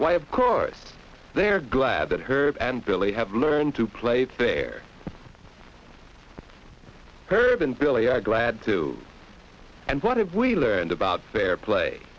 why of course they're glad that herb and billy have learned to play fair herb and billy are glad to and what have we learned about fair play